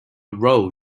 rho